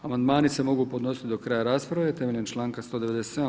Amandmani se mogu podnositi do kraja rasprave temeljem članka 197.